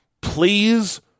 please